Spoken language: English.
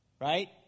right